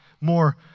more